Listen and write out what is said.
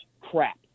crap